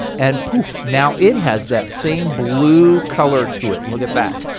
and poof, now it has that same blue color to it. look at that,